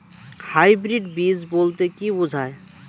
Hybrid বীজ বলতে কী বোঝায়?